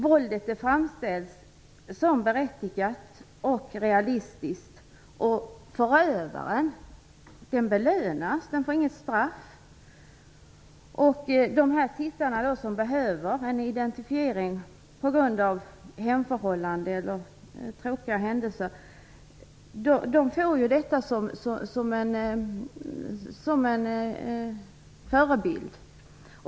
Våldet framställs som berättigat och realistiskt, och förövaren belönas och får inget straff. De tittare som behöver en identifiering på grund av hemförhållanden eller tråkiga händelser får detta som en förebild.